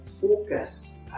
focus